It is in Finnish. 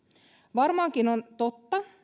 varmaankin on totta